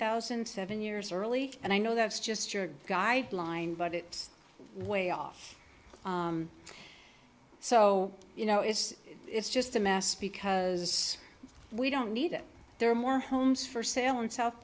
thousand seven years early and i know that's just your guideline but it's way off so you know it's it's just a mess because we don't need it there are more homes for sale in south